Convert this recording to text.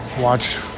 watch